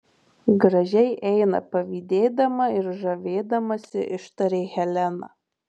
gražiai eina pavydėdama ir žavėdamasi ištarė helena